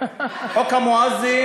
חוק המואזין?